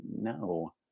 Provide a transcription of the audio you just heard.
no